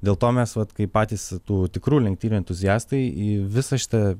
dėl to mes vat kai patys tų tikrų lenktynių entuziastai į visą šitą